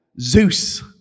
Zeus